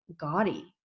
gaudy